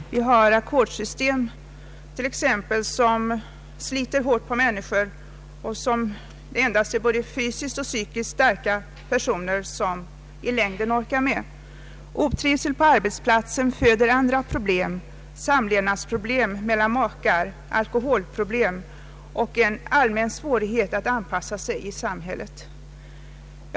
Vi har t.ex. ackordssystemet, som sliter hårt på människor och som endast både fysiskt och psykiskt starka personer i längden orkar med. Otrivsel på arbetsplatsen föder andra problem — samlevnadsproblem när det gäller äkta makar, alkoholproblem och allmän svårighet att anpassa sig i samhället.